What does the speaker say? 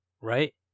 Right